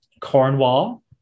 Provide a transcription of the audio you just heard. Cornwall